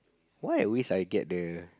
why I always I get the